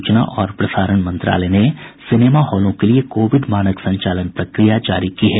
सूचना और प्रसारण मंत्रालय ने सिनेमा हॉलों के लिए कोविड मानक संचालन प्रक्रिया जारी की है